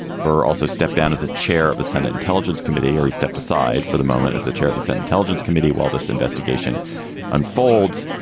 burr also stepped down as the chair of a senate intelligence committee or he stepped aside for the moment if the chair of the senate intelligence committee while this investigation unfolds.